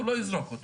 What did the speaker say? הוא לא יזרוק אותו.